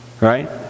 right